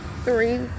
Three